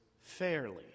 fairly